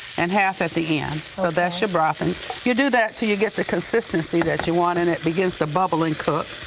and half at the end, so that's your broth. and you do that til you get the consistency that you want and it begins to bubble and cook.